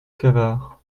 cavard